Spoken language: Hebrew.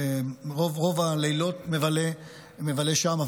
רוב הלילות מבלה שם.